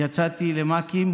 יצאתי למ"כים,